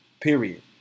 Period